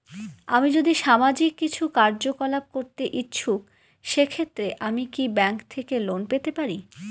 আমি যদি সামাজিক কিছু কার্যকলাপ করতে ইচ্ছুক সেক্ষেত্রে আমি কি ব্যাংক থেকে লোন পেতে পারি?